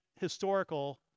historical